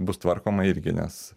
bus tvarkoma irgi nes